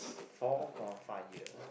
four point five years